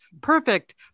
perfect